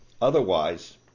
otherwise